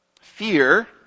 Fear